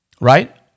right